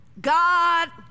God